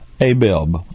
Abib